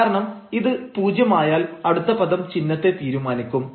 കാരണം ഇത് പൂജ്യം ആയാൽ അടുത്ത പദം ചിഹ്നത്തെ തീരുമാനിക്കും